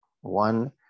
One